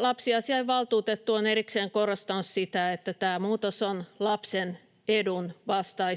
Lapsiasiainvaltuutettu on erikseen korostanut sitä, että tämä muutos on lapsen edun vastainen.